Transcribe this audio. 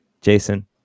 Jason